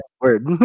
Word